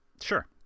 Sure